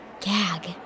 Gag